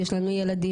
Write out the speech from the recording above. יש לנו ילדים.